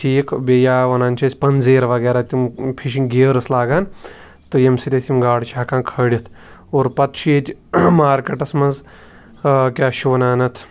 ٹھیٖک بییٚہِ یا وَنان چھِ أسۍ پَنزیر وَغیرہ تِم فِشِنٛگ گِییرٕس لاگان تہٕ ییٚمہِ سۭتۍ أسۍ یِم گاڈٕ چھِ ہیٚکان کھٲلِتھ اور پَتہٕ چھُ ییٚتہِ مارکَٹَس مَنٛز کیاہ چھُ وَنان اَتھ